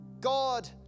God